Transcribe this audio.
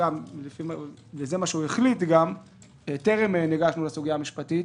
זה גם מה שהשר החליט טרם ניגשנו לסוגיה המשפטית,